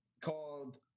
called